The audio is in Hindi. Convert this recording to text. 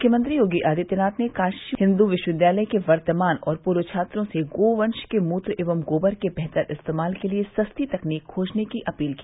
मुख्यमंत्री योगी आदित्यनाथ ने काशी हिन्दू विश्वविद्यालय के वर्तमान और पूर्व छात्रों से गोवंश के मूत्र एवं गोवर के बेहतर इस्तेमाल के लिये सस्ती तकनीक खोजने की अपील की